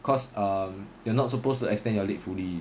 cause um you're not supposed to extend your leg fully